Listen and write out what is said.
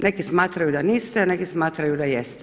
Neki smatraju da niste, neki smatraju da jeste.